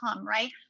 right